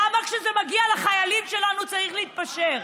למה כשזה מגיע לחיילים שלנו צריך להתפשר?